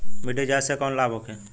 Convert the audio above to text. मिट्टी जाँच से कौन कौनलाभ होखे?